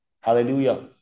Hallelujah